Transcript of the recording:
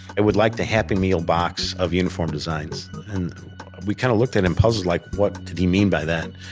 i would like the happy meal box of uniform designs. and we kind of looked and him puzzled like, what did he mean by that?